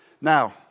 Now